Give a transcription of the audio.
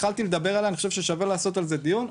התחלתי לדבר עליה ואני חושב ששווה לעשות על זה דיון,